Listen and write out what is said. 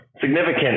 significant